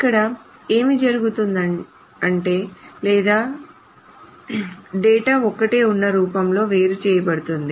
ఇక్కడ ఏమి జరుగుతుందంటే డేటా ఒక్కటే ఉన్న రూపంలోకి వేరుచేయ బడుతుంది